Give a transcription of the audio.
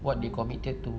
what they committed to